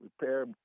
Repair